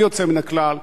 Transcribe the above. בלי יוצא מן הכלל,